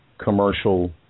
commercial